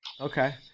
Okay